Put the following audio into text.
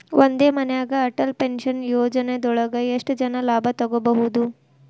ಒಂದೇ ಮನ್ಯಾಗ್ ಅಟಲ್ ಪೆನ್ಷನ್ ಯೋಜನದೊಳಗ ಎಷ್ಟ್ ಜನ ಲಾಭ ತೊಗೋಬಹುದು?